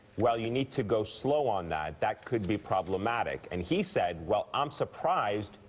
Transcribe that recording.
well, you need to go slow on that. that could be problematic and he said, well, i'm surprised.